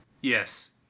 Yes